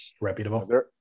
reputable